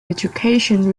education